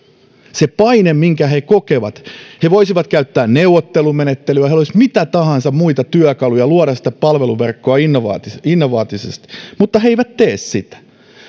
siinä paineessa minkä he kokevat he voisivat käyttää neuvottelumenettelyä heillä olisi mitä tahansa muita työkaluja luoda sitä palveluverkkoa innovatiivisesti innovatiivisesti mutta he eivät tee sitä